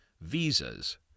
visas